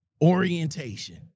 orientation